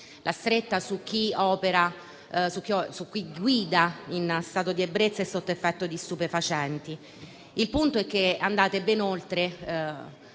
la stretta su chi guida in stato di ebbrezza e sotto effetto di stupefacenti. Il punto è che andate ben oltre